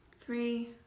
Three